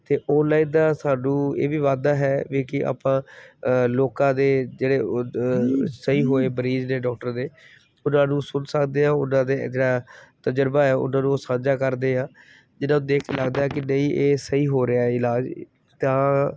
ਅਤੇ ਔਨਲਾਈਨ ਦਾ ਸਾਨੂੰ ਇਹ ਵੀ ਵਾਧਾ ਹੈ ਵੀ ਕਿ ਆਪਾਂ ਲੋਕਾਂ ਦੇ ਜਿਹੜੇ ਉਹ ਸਹੀ ਹੋਏ ਮਰੀਜ਼ ਦੇ ਡਾਕਟਰ ਦੇ ਉਹਨਾਂ ਨੂੰ ਸੁਣ ਸਕਦੇ ਹਾਂ ਉਹਨਾਂ ਦੇ ਜਿਹੜਾ ਤਜਰਬਾ ਹੈ ਉਹਨਾਂ ਨੂੰ ਉਹ ਸਾਂਝਾ ਕਰਦੇ ਆ ਜਿਹਨਾਂ ਨੂੰ ਦੇਖ ਕੇ ਲੱਗਦਾ ਕਿ ਨਹੀਂ ਇਹ ਸਹੀ ਹੋ ਰਿਹਾ ਇਲਾਜ ਤਾਂ